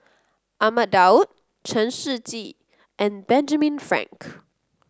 Ahmad Daud Chen Shiji and Benjamin Frank